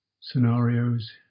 scenarios